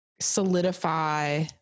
solidify